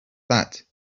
that